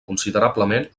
considerablement